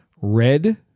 Red